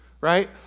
right